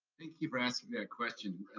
thank you for asking me that question,